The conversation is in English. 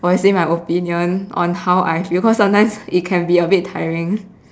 voicing my opinion on how I feel because sometimes it can a bit tiring